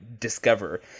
discover